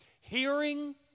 hearing